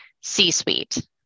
C-suite